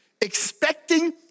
expecting